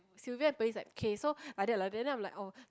Sylvia and Pearlyn is like okay so like that like that then I'm like oh